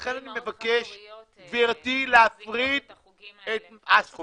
לכן אני מבקש, גברתי, להפריד את הסטודיו.